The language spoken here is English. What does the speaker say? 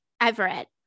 Everett